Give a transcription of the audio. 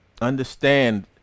Understand